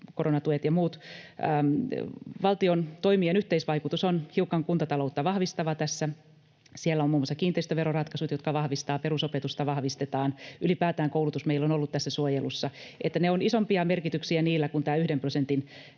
koronatuet ja muut. Valtion toimien yhteisvaikutus on hiukan kuntataloutta vahvistava. Siellä on muun muassa kiinteistöveroratkaisut, jotka vahvistavat, ja perusopetusta vahvistetaan. Ylipäätään koulutus meillä on ollut tässä suojelussa. Niillä on isompia merkityksiä kuin on tämä yhden prosentin